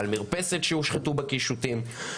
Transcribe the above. על מרפסת שהושחתו בה קישוטים.